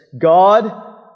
God